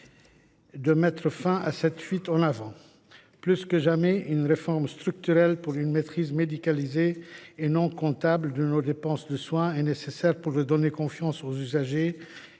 de mettre fin à cette fuite en avant. Plus que jamais, une réforme structurelle pour une maîtrise médicalisée, et non pas seulement comptable, de nos dépenses de soins est nécessaire pour redonner confiance aux usagers